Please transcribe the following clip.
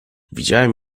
widziałem